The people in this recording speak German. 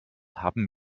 haben